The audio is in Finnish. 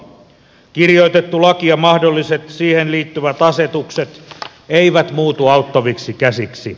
kirjoitettu laki ja mahdolliset siihen liittyvät asetukset eivät muutu auttaviksi käsiksi